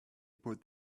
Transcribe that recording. put